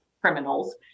criminals